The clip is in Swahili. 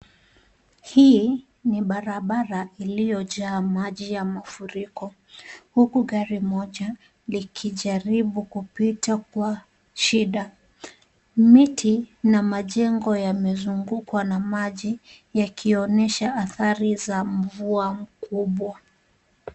Hii ni barabara iliyojaa maji ya mafuriko huku gari moja likijaribu kupita kwa shida. Miti na majengo yamezungukwa na maji yakionyesha athari za mvua mkubwa.